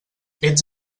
ets